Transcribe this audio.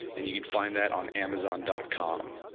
and you can find that on amazon dot com.